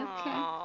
Okay